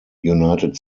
united